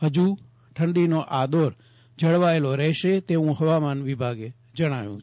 હજ ઠંડીનો આ દોર જળવાયેલો રહેશે તેવું હવામાન વિભાગે જણાવ્યું છે